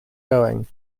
going